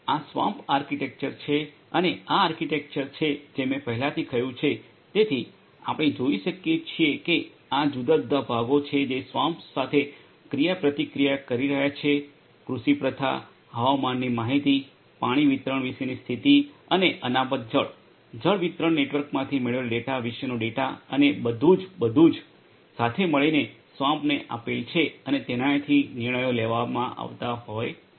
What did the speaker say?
તેથી આ swamp architecture છે અને આ આર્કીટેક્ચર છે જે મેં પહેલાથી કહ્યું છે તેથી આપણે જોઈ શકીએ કે આ જુદા જુદા ભાગો છે જે સ્વામ્પ સાથે ક્રિયાપ્રતિક્રિયા કરી રહ્યાં છે કૃષિ પ્રથા હવામાનની માહિતી પાણી વિતરણ વિશેની સ્થિતિ અને અનામત જળ જળ વિતરણ નેટવર્કમાંથી મેળવેલા ડેટા વિશેનો ડેટા અને બધું જ બધું સાથે મળીને સ્વામ્પને આપેલ છે અને તેનાથી નિર્ણયો લેવામાં આવતા હોય છે